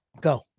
Go